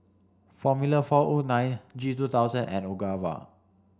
formula four O nine G two thousand and Ogawa